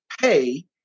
pay